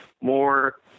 more